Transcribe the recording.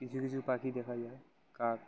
কিছু কিছু পাখি দেখা যায় কাক